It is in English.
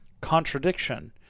contradiction